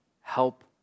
Help